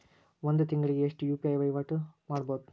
ಒಂದ್ ತಿಂಗಳಿಗೆ ಎಷ್ಟ ಯು.ಪಿ.ಐ ವಹಿವಾಟ ಮಾಡಬೋದು?